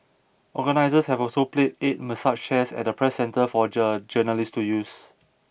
organisers have also placed eight massage chairs at the Press Centre for jour journalists to use